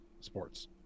sports